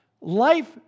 life